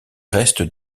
restes